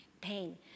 pain